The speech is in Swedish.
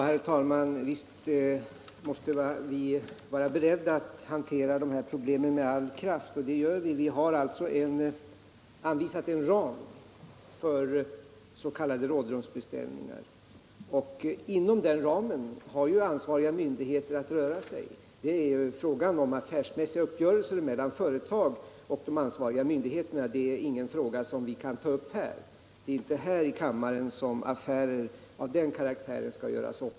Herr talman! Visst måste vi vara beredda att hantera de här problemen med all kraft. Den beredskapen har vi. Vi har aviserat en ram för s.k. rådrumsbeställningar, och inom den ramen har ansvariga myndigheter att röra sig. Det är fråga om affärsmässiga uppgörelser mellan företag och ansvariga myndigheter — inte en fråga som vi kan ta upp här. Det är inte i riksdagen som affärer av den karaktären skall göras upp.